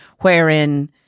wherein